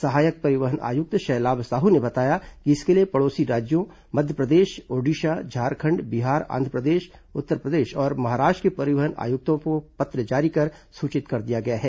सहायक परिवहन आयुक्त शैलाभ साहू ने बताया कि इसके लिए पड़ोसी राज्यों मध्यप्रदेश ओडिशा झारखंड बिहार आंध्रप्रदेश उत्तरप्रदेश और महाराष्ट्र के परिवहन आयुक्तों को पत्र जारी कर सूचित कर दिया गया है